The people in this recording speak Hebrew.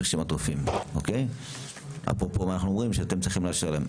רשימת רופאים ואנחנו אומרים שאתם צריכים לאשר להם,